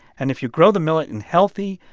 and if you grow the millet in healthy,